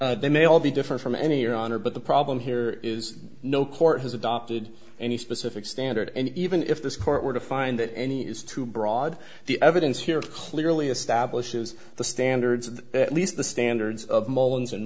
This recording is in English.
any they may all be different from any your honor but the problem here is no court has adopted any specific standard and even if this court were to find that any is too broad the evidence here clearly establishes the standards at least the standards of